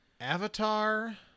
Avatar